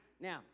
now